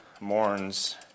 mourns